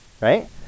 right